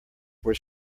were